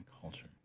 culture